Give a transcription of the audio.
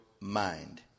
mind